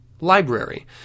Library